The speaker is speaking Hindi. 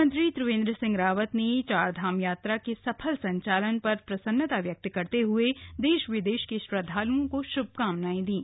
मुख्यमंत्री त्रिवेंद्र सिंह रावत ने चारधाम यात्रा के सफल संचालन पर प्रसन्नता व्यक्त करते हुए देश विदेश के श्रद्धाल्ओं को श्भकामनाएं दीं